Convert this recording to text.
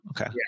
Okay